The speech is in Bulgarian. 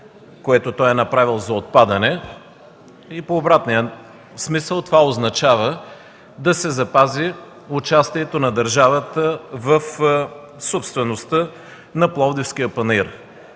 което той направи, за отпадане. В обратния смисъл това означава да се запази участието на държавата в собствеността на Пловдивския панаир.